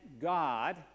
God